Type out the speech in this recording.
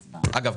אגב,